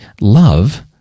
love